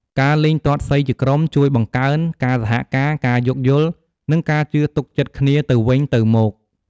ការលេងទាត់សីជាក្រុម ជួយបង្កើន ការសហការ ការយោគយល់ និងការជឿទុកចិត្តគ្នាទៅវិញទៅមក។